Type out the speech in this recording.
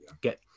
get